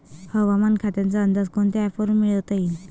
हवामान खात्याचा अंदाज कोनच्या ॲपवरुन मिळवता येईन?